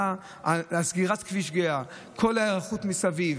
סגירת כביש גהה, כל ההיערכות מסביב,